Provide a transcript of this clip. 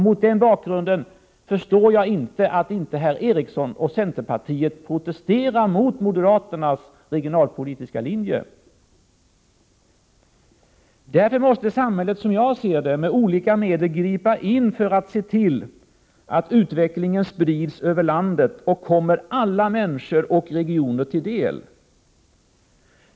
Mot den bakgrunden förstår jag inte att inte herr Eriksson och centerpartiet protesterar mot moderaternas regionalpolitiska linje. Som jag ser det måste samhället ingripa med olika medel för att se till att utvecklingen sprids över landet och kommer alla människor och regioner till del.